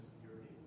security